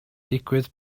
digwydd